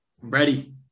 Ready